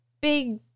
big